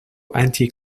anti